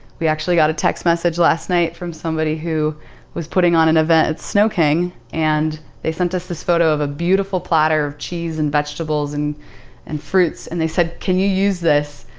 we actually got a text message last night from somebody who was putting on an event at snow king and they sent us this photo of a beautiful platter of cheese and vegetables and and fruits. and they said, can you use this?